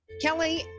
Kelly